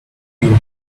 you